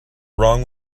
wrong